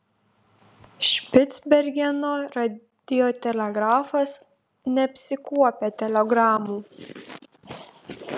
špicbergeno radiotelegrafas neapsikuopia telegramų